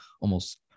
almost-